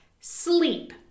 Sleep